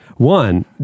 One